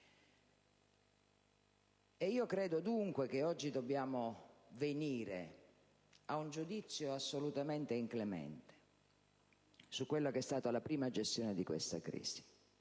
Credo dunque che oggi dobbiamo venire a un giudizio assolutamente inclemente su quella che è stata la prima gestione di questa crisi.